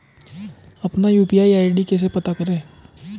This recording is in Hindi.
अपना यू.पी.आई आई.डी कैसे पता करें?